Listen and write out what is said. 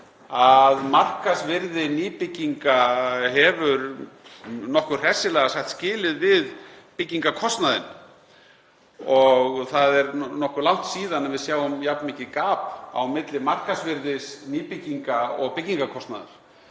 að markaðsvirði nýbygginga hefur nokkuð hressilega sagt skilið við byggingarkostnaðinn og það er nokkuð langt síðan við sáum jafn mikið gap á milli markaðsvirðis nýbygginga og byggingarkostnaðar,